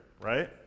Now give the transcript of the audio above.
right